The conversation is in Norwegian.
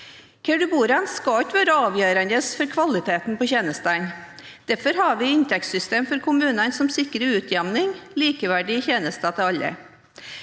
du bor skal ikke være avgjørende for kvaliteten på tjenestene. Derfor har vi et inntektssystem for kommunene som sikrer utjevning og likeverdige tjenester til alle.